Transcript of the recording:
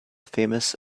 famous